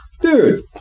dude